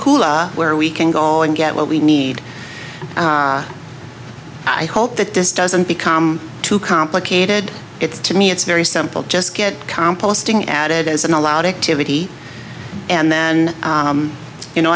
cooler where we can go and get what we need i hope that this doesn't become too complicated it's to me it's very simple just get composting at it as an all out activity and then you know